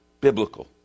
biblical